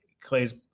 clay's